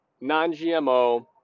non-GMO